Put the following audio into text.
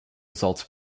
results